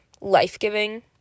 life-giving